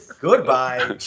Goodbye